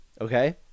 Okay